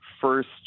first